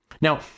Now